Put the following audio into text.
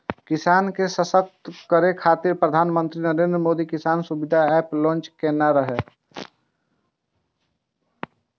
किसान के सशक्त करै खातिर प्रधानमंत्री नरेंद्र मोदी किसान सुविधा एप लॉन्च केने रहै